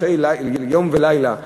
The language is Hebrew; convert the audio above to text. אחרי יום ולילה ארוכים,